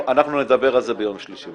אנחנו נדבר על זה ביום שלישי.